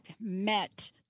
met